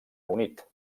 unit